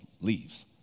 leaves